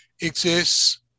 exists